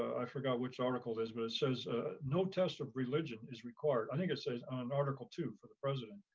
i forgot which article it is, but it says no tests of religion is required. i think it says on article two for the president.